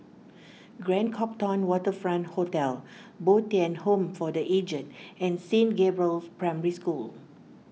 Grand Copthorne Waterfront Hotel Bo Tien Home for the Aged and Saint Gabriel's Primary School